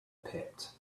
pit